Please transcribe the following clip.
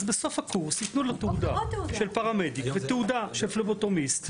אז בסוף הקורס יתנו לו תעודה של פרמדיק ותעודה של פלבוטומיסט.